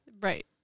Right